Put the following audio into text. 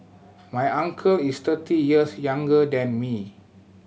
my uncle is thirty years younger than me